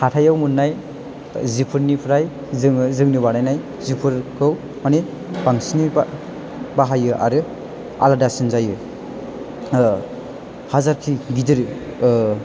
हाथाइयाव मोननाय जिफोरनिफ्राय जोङो जोंनो बानायनाय जिफोरखौ माने बांसिनै बाहायो आरो आलादासिन जायो हाजारखि गिदिर